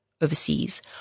overseas